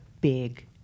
big